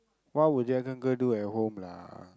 what would Jack Uncle do at home lah